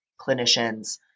clinicians